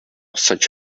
such